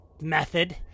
method